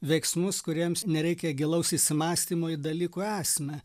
veiksmus kuriems nereikia gilaus įsimąstymo į dalykų esmę